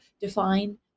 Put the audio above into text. define